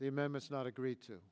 the amendments not agree to